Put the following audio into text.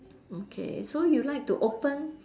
okay so you like to open